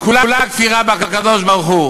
כולה כפירה בקדוש-ברוך-הוא,